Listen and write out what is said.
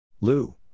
Lou